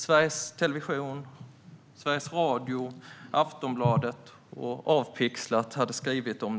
Sveriges Television, Sveriges Radio, Aftonbladet och Avpixlat hade skrivit om